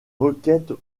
requêtes